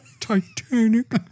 Titanic